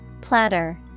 Platter